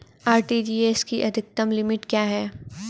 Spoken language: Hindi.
आर.टी.जी.एस की अधिकतम लिमिट क्या है?